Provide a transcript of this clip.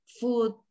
food